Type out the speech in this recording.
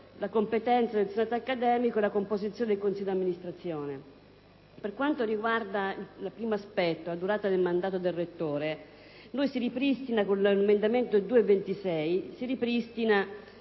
la competenza del senato accademico e la composizione del consiglio di amministrazione. Per quanto riguarda il primo aspetto, ossia la durata del mandato del rettore, con l'emendamento 2.26 si ripristina